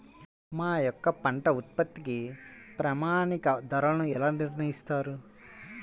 మా యొక్క పంట ఉత్పత్తికి ప్రామాణిక ధరలను ఎలా నిర్ణయిస్తారు?